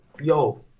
yo